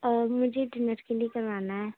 اور مجھے ڈنر کے لیے کروانا ہے